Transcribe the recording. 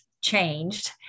changed